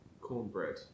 cornbread